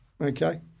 okay